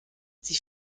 sie